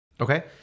Okay